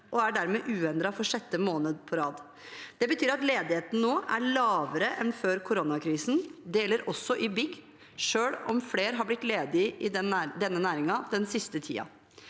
den er dermed uendret for sjette måned på rad. Det betyr at ledigheten nå er lavere enn før koronakrisen. Det gjelder også i bygg, selv om flere har blitt ledige i denne næringen den siste tiden.